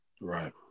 Right